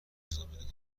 روزنامهنگاران